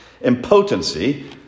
impotency